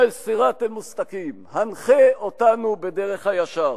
א-צראט אל-מסתקים: הנחה אותנו בדרך הישר.